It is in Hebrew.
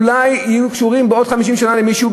אולי יהיו קשורות בעוד 50 שנה למישהו,